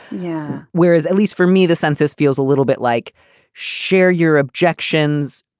yeah. whereas at least for me the census feels a little bit like share your objections.